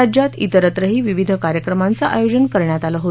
राज्यात विरत्रही विविध कार्यक्रमांचं आयोजन करण्यात आलं आहे